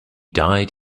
died